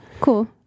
Cool